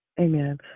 Amen